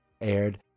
aired